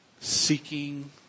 seeking